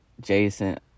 Jason